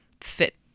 fit